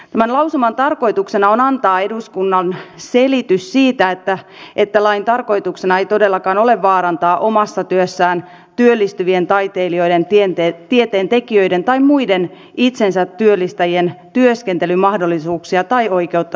tämän lausuman tarkoituksena on antaa eduskunnan selitys siitä että lain tarkoituksena ei todellakaan ole vaarantaa omassa työssään työllistyvien taiteilijoiden ja tieteentekijöiden tai muiden itsensätyöllistäjien työskentelymahdollisuuksia tai oikeutta sosiaaliturvaan